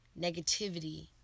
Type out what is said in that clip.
negativity